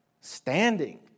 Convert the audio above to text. standing